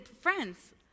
friends